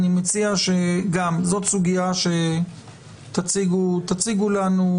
זו סוגיה שתציגו לנו.